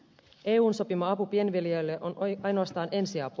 eun sopima apu pienviljelijöille on ainoastaan ensiapu